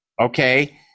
okay